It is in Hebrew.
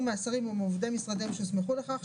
מהשרים או מעובדי משרדיהם שהוסמכו לכך,